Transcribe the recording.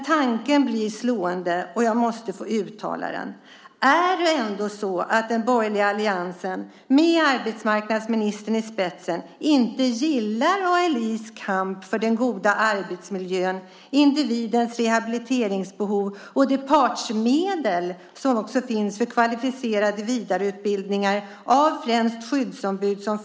Tanken slår en dock, och jag måste få uttala den: Är det ändå så att den borgerliga alliansen med arbetsmarknadsministern i spetsen inte gillar ALI:s kamp för den goda arbetsmiljön, individens rehabiliteringsbehov och de partsmedel som också finns för kvalificerade vidareutbildningar av främst skyddsombud?